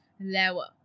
level